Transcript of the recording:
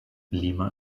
lima